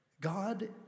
God